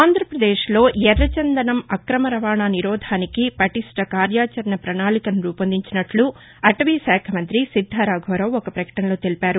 ఆంధ్రాపదేశ్లో ఎర్రచందనం అక్రమ రవాణా నిరోధానికి పటిష్ట కార్యాచరణ ప్రణాళికను రూపొందించినట్లు అటవీశాఖ మంత్రి శిద్దా రాఘవరావు ఒక పకటనలో తెలిపారు